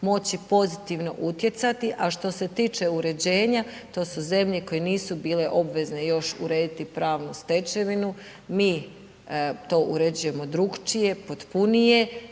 moći pozitivno utjecati, a što se tiče uređenja, to su zemlje koje nisu bile obvezne još urediti pravnu stečevinu. Mi to uređujemo drukčije, potpunije,